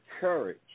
courage